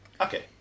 Okay